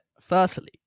firstly